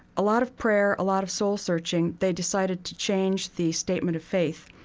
a lot of prayer, a lot of soul searching, they decided to change the statement of faith.